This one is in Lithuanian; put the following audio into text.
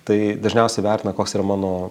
tai dažniausiai vertina koks yra mano